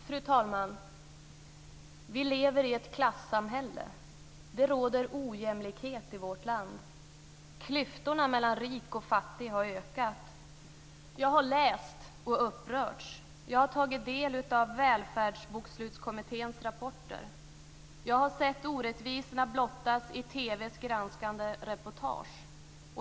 Fru talman! Vi lever i ett klassamhälle. Det råder ojämlikhet i vårt land. Klyftorna mellan rik och fattig har ökat. Jag har läst och upprörts. Jag har tagit del av Välfärdsbokslutskommitténs rapporter. Jag har sett orättvisorna blottas i TV:s granskande reportage.